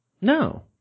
No